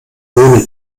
ohne